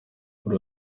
kuri